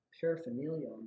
paraphernalia